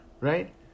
right